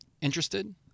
Interested